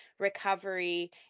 recovery